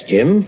Jim